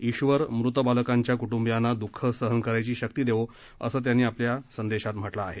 ईश्वर मृत बालकांच्या क्टुंबियांना दुःख सहन करायची शक्ती देवो असं त्यांनी आपल्या संदेशात म्हटलं आहे